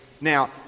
now